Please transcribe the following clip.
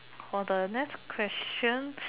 for the next question